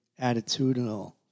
attitudinal